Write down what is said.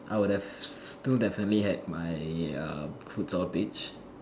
I would've still definitely had my um futsal pitch